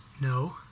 no